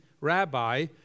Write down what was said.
Rabbi